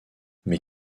mais